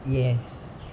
yes